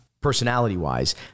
personality-wise